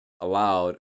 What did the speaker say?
allowed